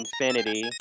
infinity